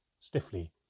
Stiffly